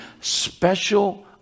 special